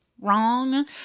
wrong